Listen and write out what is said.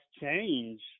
change